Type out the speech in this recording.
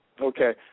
Okay